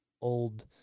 old